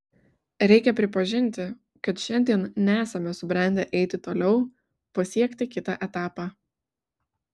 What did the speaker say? reikia pripažinti kad šiandien nesame subrendę eiti toliau pasiekti kitą etapą